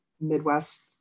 Midwest